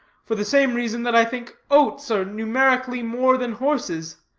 for the same reason that i think oats are numerically more than horses.